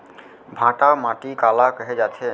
भांटा माटी काला कहे जाथे?